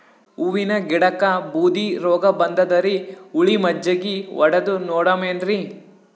ಹೂವಿನ ಗಿಡಕ್ಕ ಬೂದಿ ರೋಗಬಂದದರಿ, ಹುಳಿ ಮಜ್ಜಗಿ ಹೊಡದು ನೋಡಮ ಏನ್ರೀ?